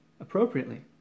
appropriately